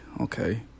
okay